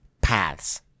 paths